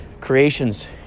creations